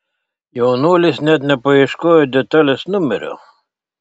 jaunuolis net nepaieškojo detalės numerio